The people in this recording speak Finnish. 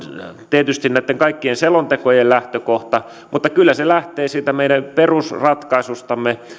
tietysti näitten kaikkien selontekojen lähtökohta mutta kyllä se lähtee siitä meidän perusratkaisustamme